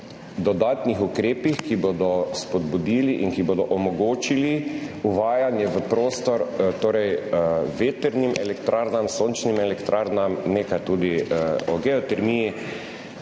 dodatnih ukrepih, ki bodo spodbudili in ki bodo omogočili uvajanje v prostor vetrnih elektrarn, sončnih elektrarn, nekaj tudi geotermije,